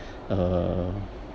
uh